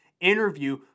interview